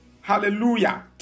Hallelujah